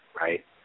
right